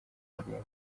ingingo